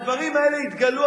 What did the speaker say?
הדברים האלה יתגלו,